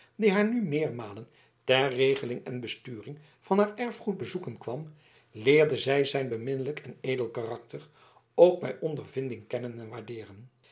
die haar nu meermalen ter regeling en besturing van haar erfgoed bezoeken kwam leerde zij zijn beminnelijk en edel karakter ook bij ondervinding kennen en waardeeren